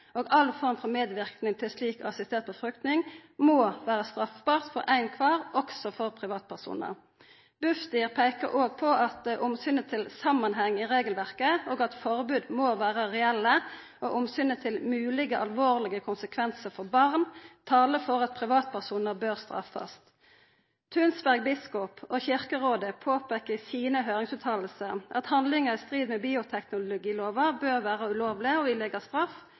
og all form for medverknad til slik assistert befrukting, må vera straffbart for alle, også for privatpersonar. Bufdir peikar på at omsynet til samanheng i regelverket, at forboda må vera reelle, og omsynet til moglege alvorlege konsekvensar for barn taler for at privatpersonar bør straffast. Tunsberg biskop og Kyrkjerådet peikar i sine høyringsfråsegner på at handlingar i strid med bioteknologilova bør vera ulovlege og gi straff,